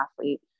athlete